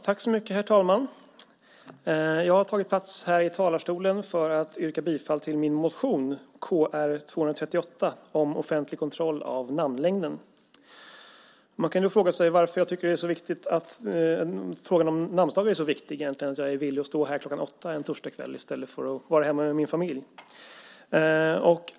Herr talman! Jag har tagit plats här i talarstolen för att yrka bifall till min motion Kr238 om offentlig kontroll av namnlängden. Man kan fråga sig varför jag tycker att frågan om namnsdagar är så viktig att jag är villig att stå här kl. 20 en torsdagskväll i stället för att vara hemma med min familj.